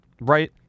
right